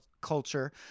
culture